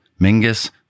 Mingus